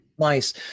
Nice